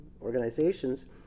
organizations